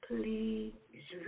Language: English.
Please